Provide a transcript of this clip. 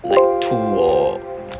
like two or